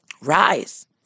RISE